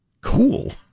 Cool